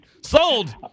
Sold